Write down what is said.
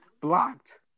blocked